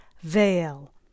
veil